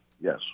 Yes